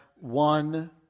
one